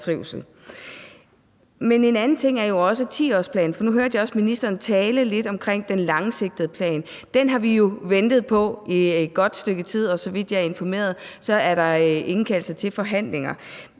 En anden ting er jo også 10-årsplanen. For nu hørte jeg ministeren tale lidt omkring den langsigtede plan. Den har vi jo ventet på i et godt stykke tid, og så vidt jeg er informeret, er der indkaldelse til forhandlinger.